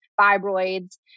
fibroids